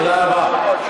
תודה רבה.